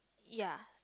ya